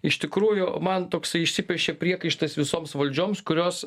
iš tikrųjų man toksai išsipešė priekaištas visoms valdžioms kurios